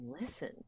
listen